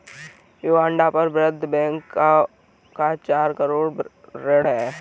Uganda पर विश्व bank का चार सौ करोड़ ऋण है